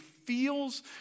Feels